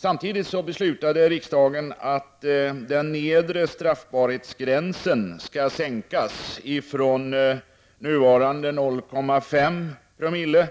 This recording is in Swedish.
Samtidigt beslutade riksdagen att den nedre straffbarhetsgränsen skall sänkas från nuvarande 0,5 Joo till 0,2 Joo